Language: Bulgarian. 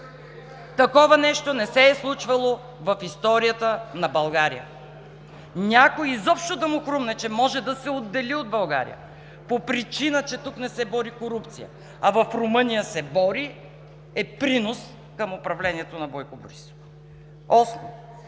Такова нещо не се е случвало в историята на България – на някой изобщо да му хрумне, че може да се отдели от България по причина, че тук не се бори корупция, а в Румъния се бори, е принос в управлението на Бойко Борисов. Осмо,